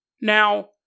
Now